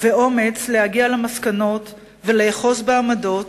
אומץ להגיע למסקנות ולאחוז בעמדות